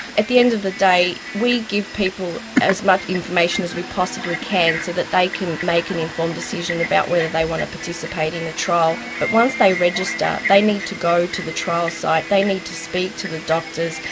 at the end of the day we give people as much information as we possibly can so that they can make an informed decision about whether they want to participate in a trial. but once they register, they need to go to the trial site, they need to speak to the doctors,